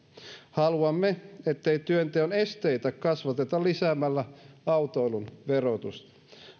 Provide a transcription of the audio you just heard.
haluamme ettei työnteon esteitä kasvateta lisäämällä autoilun verotusta